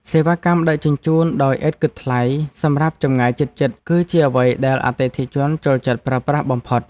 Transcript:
សេវាកម្មដឹកជញ្ជូនដោយឥតគិតថ្លៃសម្រាប់ចម្ងាយជិតៗ គឺជាអ្វីដែលអតិថិជនចូលចិត្តប្រើប្រាស់បំផុត។